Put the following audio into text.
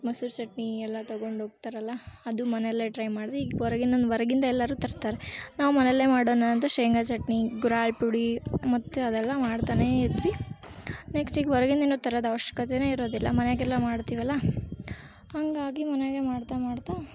ಮೊಸರು ಚಟ್ನಿ ಎಲ್ಲ ತೊಗೊಂಡೋಗ್ತಾರಲ್ವ ಅದು ಮನೆಯಲ್ಲೇ ಟ್ರೈ ಮಾಡಿದೆ ಈಗ ಹೊರಗಿನಂದ್ ಹೊರಗಿಂದ ಎಲ್ಲರೂ ತರ್ತಾರೆ ನಾವು ಮನೆಯಲ್ಲೇ ಮಾಡೋಣ ಅಂತ ಶೇಂಗಾ ಚಟ್ನಿ ಗುರೆಳ್ ಪುಡಿ ಮತ್ತು ಅದೆಲ್ಲ ಮಾಡ್ತಲೇ ಇದ್ವಿ ನೆಕ್ಸ್ಟ್ ಈಗ ಹೊರಗಿಂದೇನೊ ತರದು ಅವಶ್ಯಕತೆನೇ ಇರೋದಿಲ್ಲ ಮನೆಗೆಲ್ಲ ಮಾಡ್ತೀವಲ್ವ ಹಾಗಾಗಿ ಮನೆಗೆ ಮಾಡ್ತಾ ಮಾಡ್ತಾ